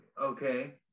okay